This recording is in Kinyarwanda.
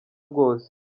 bwose